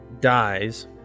dies